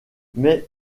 mais